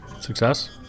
Success